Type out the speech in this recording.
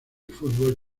fútbol